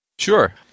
Sure